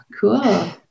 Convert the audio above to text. cool